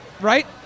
right